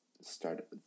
start